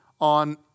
on